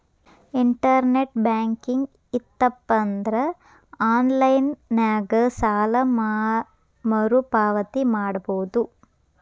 internet banking ಇತ್ತಪಂದ್ರಾ online ನ್ಯಾಗ ಸಾಲ ಮರುಪಾವತಿ ಮಾಡಬೋದು